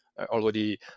already